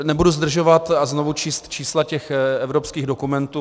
Nebudu zdržovat a znovu číst čísla evropských dokumentů.